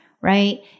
right